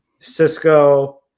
Cisco